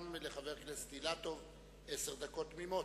גם לחבר הכנסת אילטוב עשר דקות תמימות.